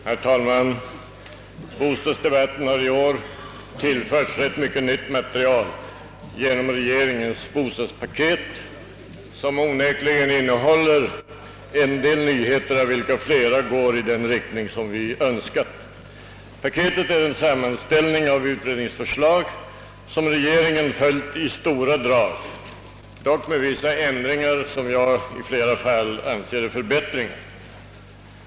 Herr talman! Bostadsdebatten har i år tillförts ganska mycket nytt material genom regeringens bostadspaket, som onekligen innehåller en del nyheter av vilka flera går i den riktningen vi önskar. Paketet är en sammanställning av utredningsförslag som regeringen följt i stora drag, dock med vissa ändringar som jag i flera fall anser vara förbättringar.